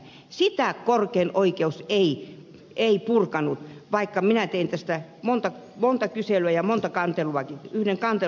sitä korkein oikeus ei purkanut vaikka minä tein tästä monta kyselyä ja yhden kantelunkin sinne